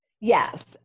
Yes